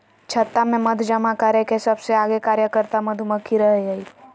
छत्ता में मध जमा करे में सबसे आगे कार्यकर्ता मधुमक्खी रहई हई